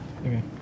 Okay